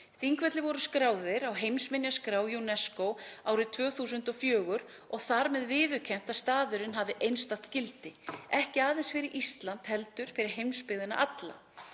Þingvellir voru skráðir á heimsminjaskrá UNESCO árið 2004 og þar með viðurkennt að staðurinn hafi einstakt gildi, ekki aðeins fyrir Ísland heldur fyrir heimsbyggðina alla.